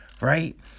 right